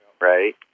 right